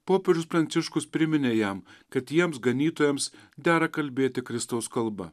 popiežius pranciškus priminė jam kad jiems ganytojams dera kalbėti kristaus kalba